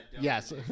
Yes